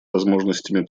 возможностями